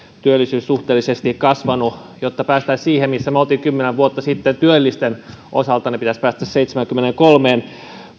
työllisyys suhteellisesti kasvanut jotta päästäisiin siihen missä me olimme kymmenen vuotta sitten työllisten osalta pitäisi päästä seitsemäänkymmeneenkolmeen